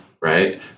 right